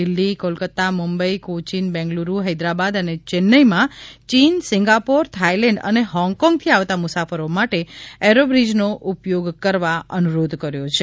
દિલ્હી કોલકત્તા મુંબઇ કોચીન બેંગલૂરૂ હૈદરાબાદ અને ચેન્નાઇમાં China Singapore Thailand અને હોંગકોંગથી આવતા મુસાફરો માટે એરોબ્રીજનો ઉપયોગ કરવા અનુરોધ કર્યો છે